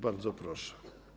Bardzo proszę.